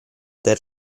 del